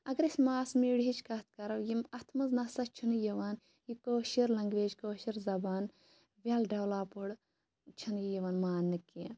اَگَر أسۍ ماس میٖڈیِہٕچ کتھ کَرو یِم اتھ مَنٛز نَسا چھِنہٕ یِوان یہِ کٲشِر لینٛگویج کٲشِر زَبان ویٚل ڈیٚولَپٕڈ چھنہٕ یہِ یِوان ماننہٕ کینٛہہ